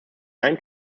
nine